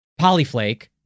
polyflake